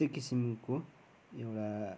त्यो किसिमको एउटा